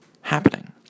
happening